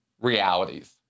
realities